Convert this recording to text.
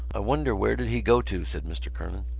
i wonder where did he go to, said mr. kernan.